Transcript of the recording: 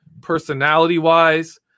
personality-wise